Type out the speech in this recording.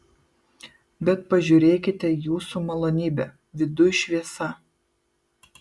bet pažiūrėkite jūsų malonybe viduj šviesa